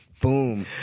Boom